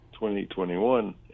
2021